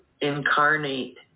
incarnate